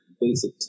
basic